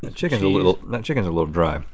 and chicken's a little, that chicken's a little dry.